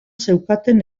zeukaten